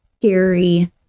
scary